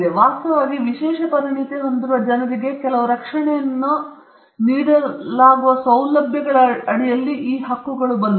ವಾಸ್ತವವಾಗಿ ವಿಶೇಷ ಪರಿಣತಿ ಹೊಂದಿರುವ ಜನರಿಗೆ ಕೆಲವು ರಕ್ಷಣೆಯನ್ನು ನೀಡಲಾಗಿರುವ ಸೌಲಭ್ಯಗಳ ರೀತಿಯಲ್ಲಿ ಬಂದವು